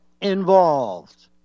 involved